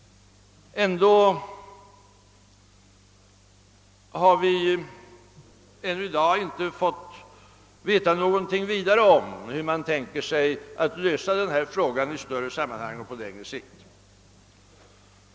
ändå har vi ännu i dag inte fått veta något närmare om hur regeringen tänker sig att lösa denna fråga i större sammanhang och på längre sikt.